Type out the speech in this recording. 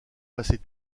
passer